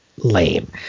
lame